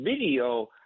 video